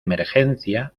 emergencia